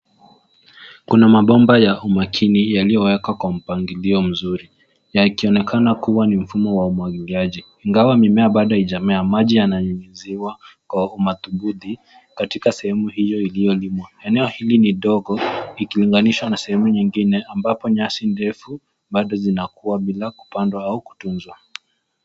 Kuna mabomba ya umakini yaliyowekwa kwa mpangilio mzuri yakionekana kuwa ni mfumo wa umwagiliaji. Ingawa mimea bado haijamea, maji yananyunyiziwa kwa madhubuti katika sehemu hiyo iliyolimwa. Eneo hili ni ndogo ikilinganishwa na sehemu nyingine ambapo nyasi ndefu bado zinakua bila kupandwa au kutunzwa.